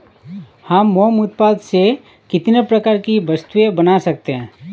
हम मोम उत्पाद से कितने प्रकार की वस्तुएं बना सकते हैं?